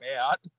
out